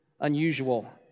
unusual